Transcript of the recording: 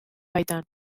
baitan